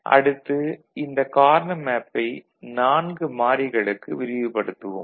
அடுத்து இந்த கார்னா மேப்பை 4 மாறிகளுக்கு விரிவுபடுத்தவோம்